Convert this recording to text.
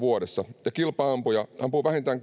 vuodessa ja kilpa ampuja ampuu vähintään